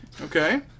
Okay